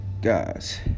guys